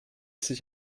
sich